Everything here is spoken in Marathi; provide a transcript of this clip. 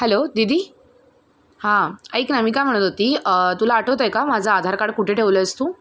हॅलो दिदी हा ऐक ना मी काय म्हणत होते तुला आठवतं आहे का माझं आधार कार्ड कुठे ठेवलं आहेस तू